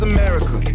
America